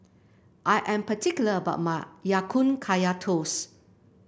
I am particular about my Ya Kun Kaya Toast